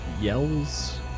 yells